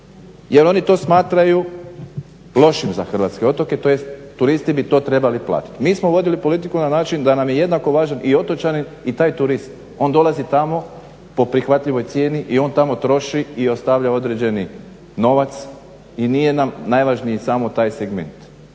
Jer oni to smatraju lošim za hrvatske otoke, tj. turisti bi to trebali platiti. Mi smo vodili politiku na način da nam je jednako važan i otočanin i taj turist. On dolazi tamo po prihvatljivoj cijeni i on tamo troši i ostavlja određeni novac i nije nam najvažniji samo taj segment.